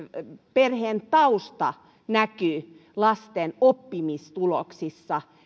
perheen tausta näkyy lasten oppimistuloksissa